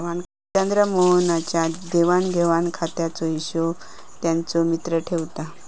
चंद्रमोहन च्या देवाण घेवाण खात्याचो हिशोब त्याचो मित्र ठेवता